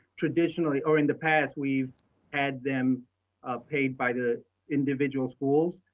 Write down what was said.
traditionally, or in the past, we've had them paid by the individual schools.